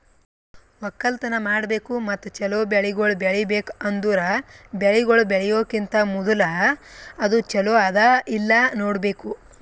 ಒಕ್ಕಲತನ ಮಾಡ್ಬೇಕು ಮತ್ತ ಚಲೋ ಬೆಳಿಗೊಳ್ ಬೆಳಿಬೇಕ್ ಅಂದುರ್ ಬೆಳಿಗೊಳ್ ಬೆಳಿಯೋಕಿಂತಾ ಮೂದುಲ ಅದು ಚಲೋ ಅದಾ ಇಲ್ಲಾ ನೋಡ್ಬೇಕು